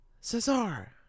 Cesar